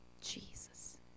Jesus